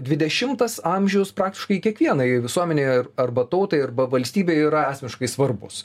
dvidešimtas amžius praktiškai kiekvienai visuomenei arba tautai arba valstybei yra esmiškai svarbus